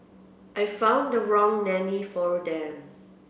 I found the wrong nanny for them